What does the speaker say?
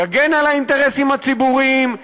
יגן על האינטרסים הציבוריים,